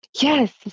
Yes